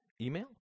Email